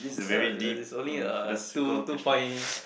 it's only a two two point